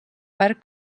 par